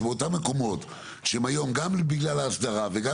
שבאותם מקומות שהם היום גם בגלל האסדרה וגם